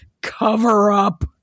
cover-up